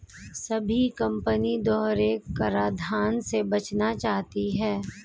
सभी कंपनी दोहरे कराधान से बचना चाहती है